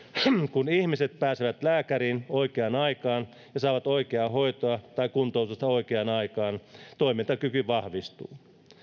kun ihmiset pääsevät lääkäriin oikeaan aikaan ja saavat oikeaa hoitoa tai kuntoutusta oikeaan aikaan toimintakyky vahvistuu